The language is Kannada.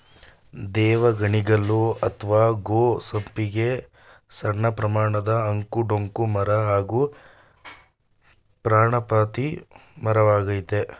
ದೇವಗಣಿಗಲು ಅತ್ವ ಗೋ ಸಂಪಿಗೆ ಸಣ್ಣಪ್ರಮಾಣದ ಅಂಕು ಡೊಂಕು ಮರ ಹಾಗೂ ಪರ್ಣಪಾತಿ ಮರವಾಗಯ್ತೆ